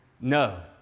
No